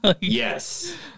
Yes